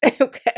okay